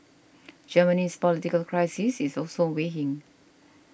Germany's political crisis is also weighing